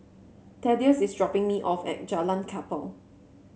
Thaddeus is dropping me off at Jalan Kapal